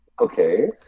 Okay